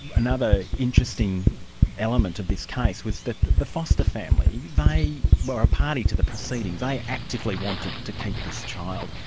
another interesting element of this case was that the foster family, they but were a party to the proceedings. they actively wanted to keep this child.